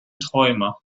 träumer